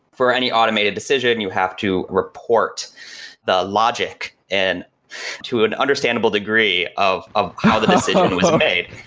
for any automated decision you have to report the logic and to an understandable degree of of how the decision was made.